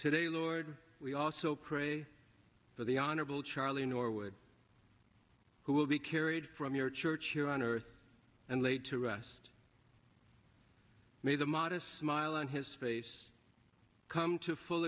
today lord we also pray for the honorable charlie norwood who will be carried from your church here on earth and laid to rest may the modest smile on his face come to a full